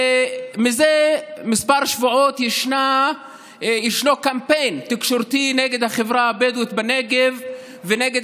זה כמה שבועות ישנו קמפיין תקשורתי נגד החברה הבדואית בנגב ונגד